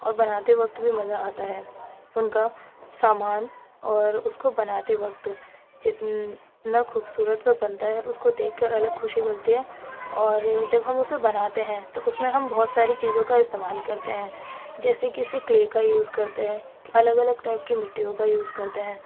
اور بناتے وقت بھی مزہ آتا ہے ان کا سامان اور اس كو بناتے وقت جتنا خوبصورت وہ بنتا ہے اس کو دیکھ کر الگ خوشی ملتی ہے اور جب ہم اسے بناتے ہیں تو اس میں ہم بہت ساری چیزوں کا استعمال کرتے ہیں جیسے کسی کلے کا یوز کرتے ہیں الگ الگ ٹائپ کی مٹیوں کا یوز کرتے ہیں